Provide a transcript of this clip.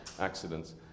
accidents